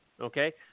okay